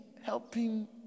helping